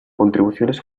contribuciones